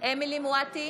אמילי חיה מואטי,